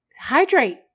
Hydrate